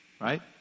right